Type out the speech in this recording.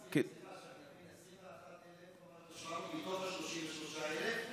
21,000 מתוך ה-33,000?